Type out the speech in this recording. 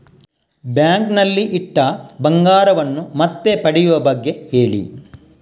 bank ನಲ್ಲಿ ಇಟ್ಟ ಬಂಗಾರವನ್ನು ಮತ್ತೆ ಪಡೆಯುವ ಬಗ್ಗೆ ಹೇಳಿ